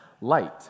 light